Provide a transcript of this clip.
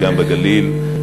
וגם בגליל,